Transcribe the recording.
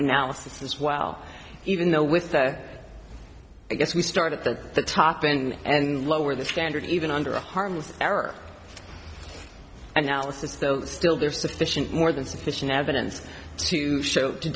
analysis as well even though with the i guess we start at the top and lower the standard even under a harmless error analysis though still there sufficient more than sufficient evidence to show to